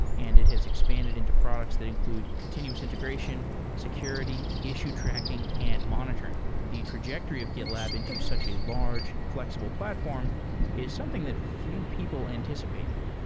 and it has expanded into products that include continuous integration, security, issue tracking and monitoring. the trajectory of gitlab into such a large, flexible platform is something that few people anticipated.